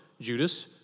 Judas